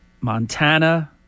Montana